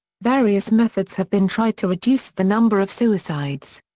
various methods have been tried to reduce the number of suicides.